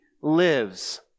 lives